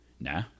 Nah